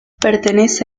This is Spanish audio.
pertenece